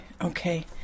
okay